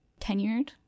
tenured